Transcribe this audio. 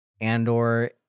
Andor